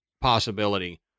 possibility